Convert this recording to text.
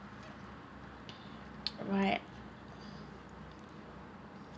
right